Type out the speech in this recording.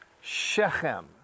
Shechem